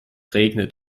regnet